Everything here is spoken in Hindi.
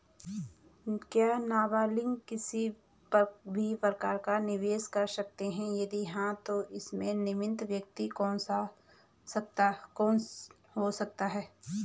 क्या नबालिग किसी भी प्रकार का निवेश कर सकते हैं यदि हाँ तो इसमें नामित व्यक्ति कौन हो सकता हैं?